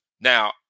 now